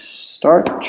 start